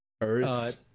Earth